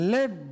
Let